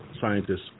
scientists